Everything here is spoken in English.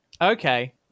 Okay